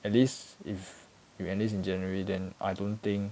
at least if you enlist in january then I don't think